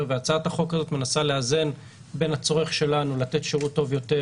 והצעת החוק הזאת מנסה לאזן בין הצורך שלנו לתת שירות טוב יותר